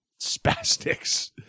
spastics